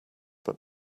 but